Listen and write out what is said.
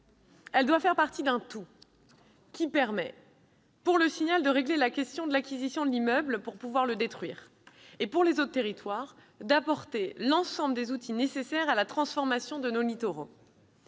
Elle doit faire partie d'un tout : il faut régler la question de l'acquisition de l'immeuble pour pouvoir le détruire et apporter aux autres territoires l'ensemble des outils nécessaires à la transformation de nos littoraux.